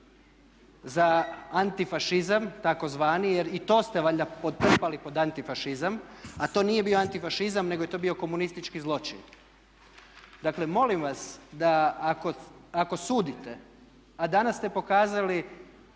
za antifašizam takozvani, jer i to ste valjda podtrpali pod antifašizam, a to nije bio antifašizam, nego je to bio komunistički zločin. Dakle, molim vas da ako sudite, a danas ste pokazali